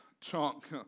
chunk